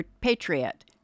patriot